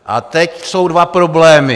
A teď jsou dva problémy.